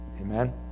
Amen